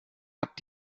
hat